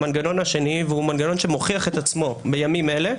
המנגנון השני והוא מנגנון שמוכיח את עצמו בימים אלה,